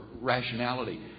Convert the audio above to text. rationality